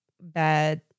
bad